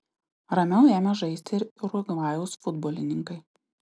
ramiau ėmė žaisti ir urugvajaus futbolininkai